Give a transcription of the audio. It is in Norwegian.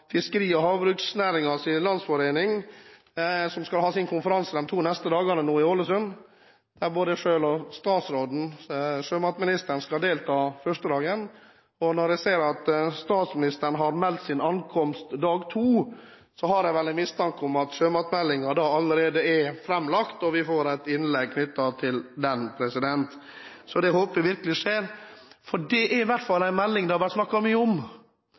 Fiskeri- og havbruksnæringens landsforening, som de to neste dagene skal ha sin konferanse i Ålesund, der både jeg selv og statsråden, sjømatministeren, skal delta den første dagen, og når jeg ser at statsministeren har meldt sin ankomst dag nr. to, får jeg en mistanke om at sjømatmeldingen da allerede er framlagt, og at vi får et innlegg om den. Det håper jeg virkelig skjer. Dette er i hvert fall en melding det har vært snakket mye om.